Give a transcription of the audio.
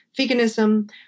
veganism